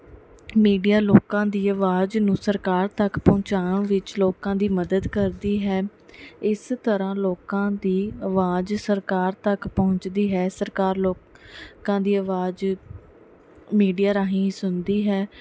media ਲੋਕਾਂ ਦੀ ਆਵਾਜ਼ ਨੂੰ ਸਰਕਾਰ ਤੱਕ ਪਹੁੰਚਾਉਣ ਵਿੱਚ ਲੋਕਾਂ ਦੀ ਮਦਦ ਕਰਦੀ ਹੈ ਇਸ ਤਰ੍ਹਾਂ ਲੋਕਾਂ ਦੀ ਆਵਾਜ਼ ਸਰਕਾਰ ਤੱਕ ਪਹੁੰਚਦੀ ਹੈ ਸਰਕਾਰ ਲੋ ਕਾਂ ਦੀ ਆਵਾਜ਼ ਮੀਡੀਆ ਰਾਹੀਂ ਸੁਣਦੀ ਹੈ